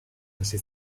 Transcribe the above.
hasi